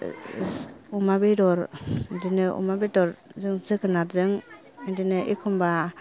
अमा बेदर बिदिनो अमा बेदर जों जोगोनाद जों बिदिनो एखमबा